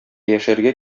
яшәргә